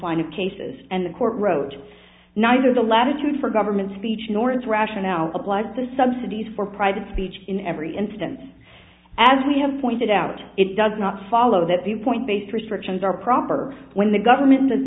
line of cases and the court wrote neither the latitude for government speech nor its rationale of like the subsidies for private speech in every instance as we have pointed out it does not follow that the point based restrictions are proper when the government does